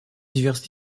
diverses